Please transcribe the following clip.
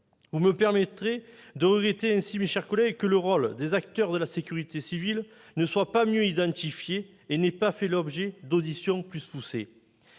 Vous me permettrez, mes chers collègues, de regretter ainsi que le rôle des acteurs de la sécurité civile ne soit pas mieux identifié et n'ait pas fait l'objet d'auditions plus poussées.